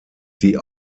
die